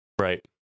Right